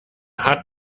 hat